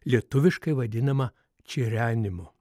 lietuviškai vadinama čirenimu